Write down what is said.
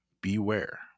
beware